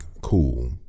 Cool